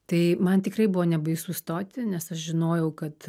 tai man tikrai buvo nebaisu stoti nes aš žinojau kad